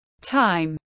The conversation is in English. time